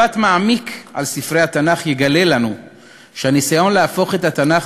מבט מעמיק על ספרי התנ"ך יגלה לנו שהניסיון להפוך את התנ"ך